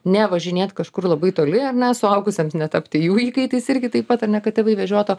ne važinėt kažkur labai toli ar ne suaugusiems netapti jų įkaitais irgi taip pat ar ne kad tėvai vežiotų